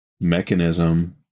mechanism